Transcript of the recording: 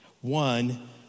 one